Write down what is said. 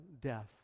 death